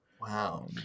Wow